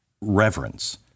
reverence